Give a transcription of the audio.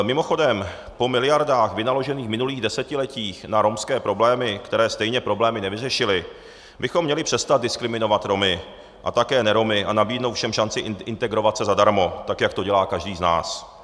Mimochodem po miliardách vynaložených v minulých desetiletích na romské problémy, které stejně problémy nevyřešily, bychom měli přestat diskriminovat Romy a také Neromy a nabídnout všem šanci integrovat se zadarmo, tak jak to dělá každý z nás.